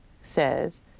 says